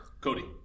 Cody